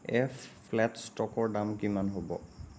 F ফ্লেট ষ্টকৰ দাম কিমান হ'ব